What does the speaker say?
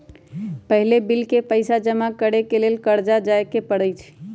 पहिले बिल के पइसा जमा करेके लेल कर्जालय जाय के परैत रहए